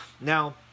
Now